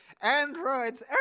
androids